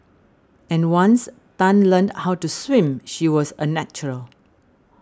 and once Tan learnt how to swim she was a natural